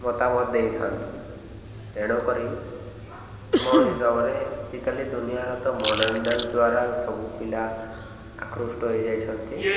ମତାମତ ଦେଇଥାନ୍ତି ତେଣୁକରି ମୋ ହିସାବରେ ଆଜିକାଲି ଦୁନିଆର ତ ମଡ଼ର୍ନ ଡ୍ୟାନ୍ସ ଦ୍ୱାରା ସବୁ ପିଲା ଆକୃଷ୍ଟ ହେଇଯାଇଛନ୍ତି